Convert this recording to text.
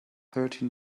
thirteen